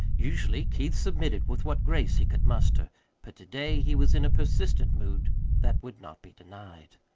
usually keith submitted with what grace he could muster but to-day he was in a persistent mood that would not be denied.